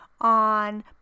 on